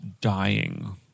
dying